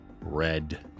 red